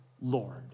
Lord